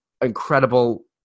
incredible